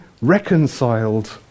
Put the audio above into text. reconciled